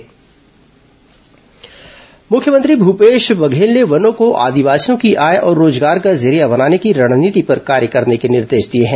मख्यमंत्री समीक्षा मुख्यमंत्री भूपेश बघेल ने वनों को आदिवासियों की आय और रोजगार का जरिया बनाने की रणनीति पर कार्य करने के निर्देश दिए हैं